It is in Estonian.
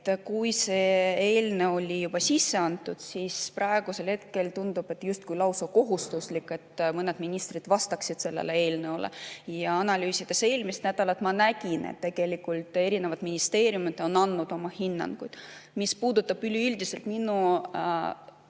Kui see eelnõu oli juba sisse antud, siis praegusel hetkel tundub justkui lausa kohustuslik, et mõned ministrid vastaksid sellele eelnõule. Ja analüüsides eelmist nädalat ma nägin, et tegelikult erinevad ministeeriumid on andnud oma hinnangu. Mis puudutab üldiselt minu